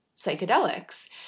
psychedelics